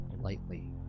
lightly